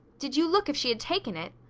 did you look if she had taken it?